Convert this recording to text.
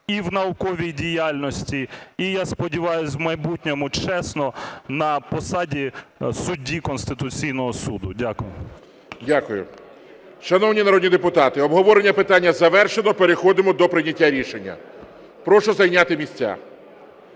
і в науковій діяльності, і, я сподіваюсь, в майбутньому чесно на посаді судді Конституційного Суду. Дякую. ГОЛОВУЮЧИЙ. Дякую. Шановні народні депутати, обговорення питання завершено. Переходимо до прийняття рішення. Прошу зайняти місця.